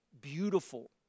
beautiful